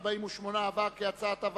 הכנסת.